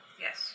Yes